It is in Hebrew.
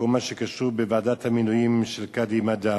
בכל מה שקשור לוועדת המינויים של קאדי מד'הב.